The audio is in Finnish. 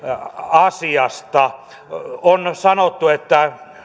asiasta on sanottu että